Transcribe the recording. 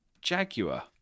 Jaguar